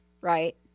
Right